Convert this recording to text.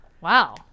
Wow